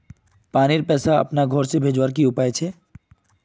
पानीर पैसा अपना घोर से भेजवार की उपाय छे?